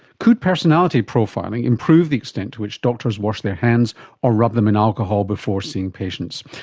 could personality profiling improve the extent to which doctors wash their hands or rub them in alcohol before seeing patients?